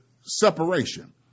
separation